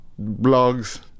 blogs